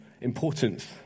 importance